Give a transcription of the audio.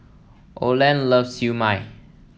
Oland loves Siew Mai